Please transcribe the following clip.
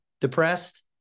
depressed